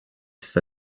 for